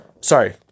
Sorry